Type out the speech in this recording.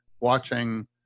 watching